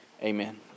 Amen